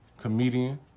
comedian